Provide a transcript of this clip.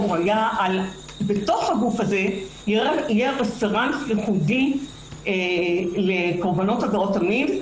בתוך הגוף הזה יהיה רפרנט ייחודי לקורבנות עבירות המין,